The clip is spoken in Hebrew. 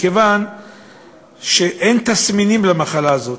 מכיוון שאין תסמינים למחלה הזאת.